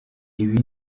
ibi